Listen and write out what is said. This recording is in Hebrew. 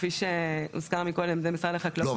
כפי שהוזכר קודם על ידי משרד החקלאות --- לא,